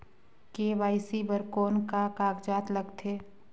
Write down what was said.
KYC बर कौन का कागजात लगथे?